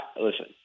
listen